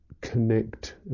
connect